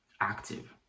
active